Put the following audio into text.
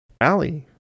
Allie